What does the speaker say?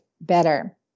better